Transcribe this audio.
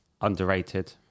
underrated